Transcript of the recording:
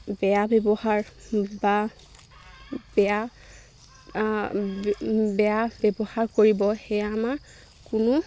বেয়া ব্যৱহাৰ বা বেয়া বেয়া ব্যৱহাৰ কৰিব সেয়া আমাৰ কোনো